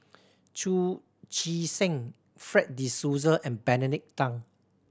Chu Chee Seng Fred De Souza and Benedict Tan